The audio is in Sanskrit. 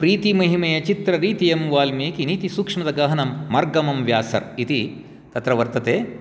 प्रीतिमहिमे चित्ररीतियं वाल्मीकिनीतिसूक्ष्मदगहनं मार्गमं व्यासर् इति तत्र वर्तते